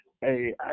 Hey